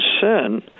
sin